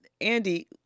Andy